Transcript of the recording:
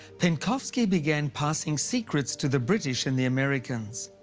penkovsky began passing secrets to the british and the americans.